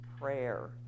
prayer